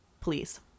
Please